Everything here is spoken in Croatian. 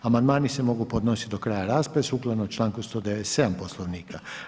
Amandmani se mogu podnosit do kraja rasprave sukladno članku 197 Poslovnika.